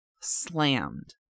slammed